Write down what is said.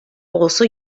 also